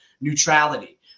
neutrality